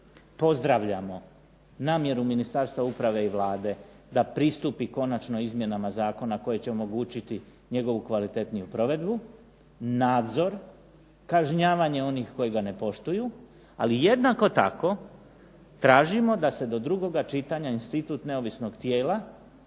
pozdravljamo namjeru Ministarstva uprave i Vlade da pristupi konačno izmjenama zakona koje će omogućiti njegovu kvalitetniju provedbu, nadzor, kažnjavanje onih koji ga ne poštuju, ali jednako tako tražimo da se do drugoga čitanja institut neovisnog tijela